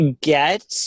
get